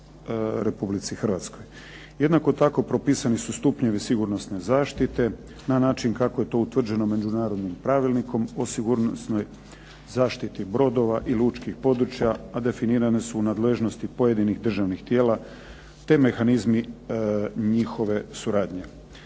Republici Hrvatskoj. Jednako tako propisani su stupnjevi sigurnosne zaštite na način kako je to utvrđeno Međunarodnim pravilnikom o sigurnosnoj zaštiti brodova i lučkih područja, a definirane su u nadležnosti pojedinih državnih tijela, te mehanizmi njihove suradnje.